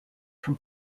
from